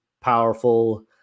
powerful